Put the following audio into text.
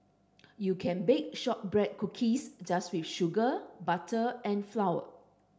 you can bake shortbread cookies just with sugar butter and flour